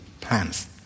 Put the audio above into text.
plans